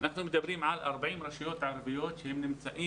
אנחנו מדברים על 40 רשויות ערביות שנמצאות